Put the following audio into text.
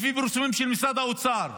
לפי פרסומים של משרד האוצר,